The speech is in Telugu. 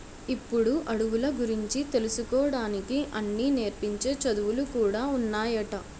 ఇప్పుడు అడవుల గురించి తెలుసుకోడానికి అన్నీ నేర్పించే చదువులు కూడా ఉన్నాయట